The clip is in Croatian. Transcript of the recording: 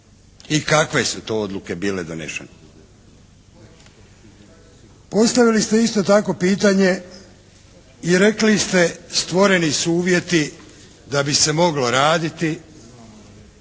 i kakve su to odluke bile donešene. Postavili ste isto tako pitanje i rekli ste stvoreni su uvjeti da bi se moglo raditi,